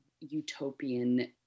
utopian